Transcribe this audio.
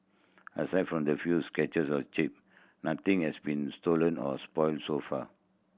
aside from the few scratches and chip nothing has been stolen or spoilt so far